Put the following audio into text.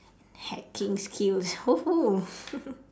hacking skills !woohoo!